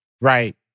Right